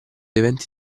eventi